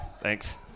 Thanks